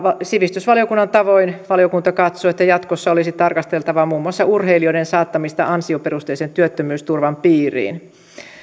sivistysvaliokunnan tavoin valiokunta katsoo että jatkossa olisi tarkasteltava muun muassa urheilijoiden saattamista ansioperusteisen työttömyysturvan piiriin